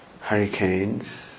hurricanes